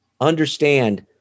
understand